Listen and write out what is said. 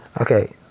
Okay